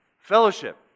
Fellowship